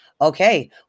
Okay